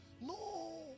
no